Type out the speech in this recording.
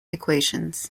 equations